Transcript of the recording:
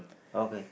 okay